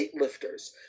weightlifters